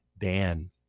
Dan